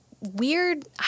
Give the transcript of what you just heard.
weird